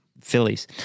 Phillies